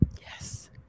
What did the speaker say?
Yes